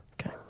Okay